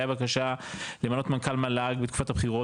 והיה בבקשה למנות מנכ"ל מל"ג בתקופת הבחירות